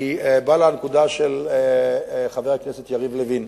אני מגיע לנקודה של חבר הכנסת יריב לוין.